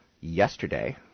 yesterday